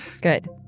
Good